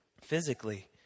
physically